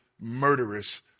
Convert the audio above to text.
murderous